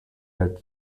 had